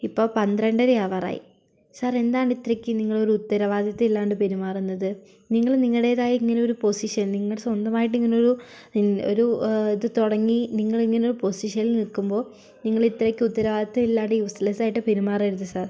ഇപ്പൊൾ പന്ത്രണ്ടരയാവാറായി സർ എന്താണ് ഇത്രക്കും നിങ്ങളൊരു ഉത്തരവാദിത്തം ഇല്ലാണ്ട് പെരുമാറുന്നത് നിങ്ങള് നിങ്ങളുടേതായ ഇങ്ങനെയൊരു പൊസിഷൻ നിങ്ങളുടെ സ്വന്തമായിട്ട് ഒരു ഒരു ഇത് തുടങ്ങി നിങ്ങളിങ്ങനൊരു പൊസിഷനിൽ നിൽക്കുമ്പോൾ നിങ്ങൾ ഇത്രക്ക് ഉത്തരവാദിത്തം ഇല്ലാതെ യൂസ്ലെസ്സ് ആയിട്ട് പെരുമാറരുത് സർ